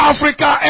Africa